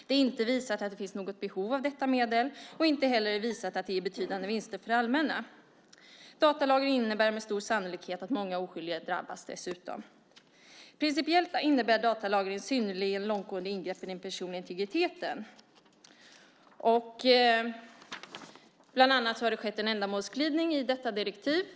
Det är inte visat att det finns något behov av detta medel. Det är inte heller visat att det ger betydande vinster för det allmänna. Datalagring innebär med stor sannolikhet dessutom att många oskyldiga drabbas. Principiellt innebär datalagring synnerligen långtgående ingrepp i den personliga integriteten. Bland annat har det skett en ändamålsglidning av direktivet.